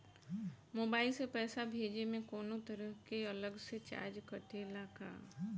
Mobile से पैसा भेजे मे कौनों तरह के अलग से चार्ज कटेला का?